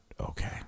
Okay